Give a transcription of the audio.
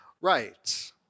right